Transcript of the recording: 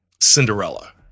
Cinderella